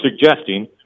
suggesting